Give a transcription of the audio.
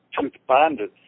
tooth-bonded